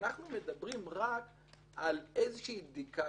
אתם חוזרים על זה שזאת זכות,